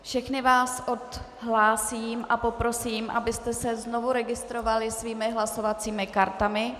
Všechny vás odhlásím a poprosím, abyste se znovu registrovali svými hlasovacími kartami.